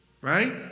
Right